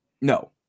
No